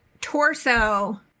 torso